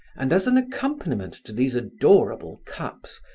and, as an accompaniment to these adorable cups,